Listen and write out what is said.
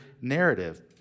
narrative